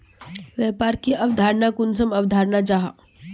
व्यापार की अवधारण कुंसम अवधारण जाहा?